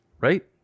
right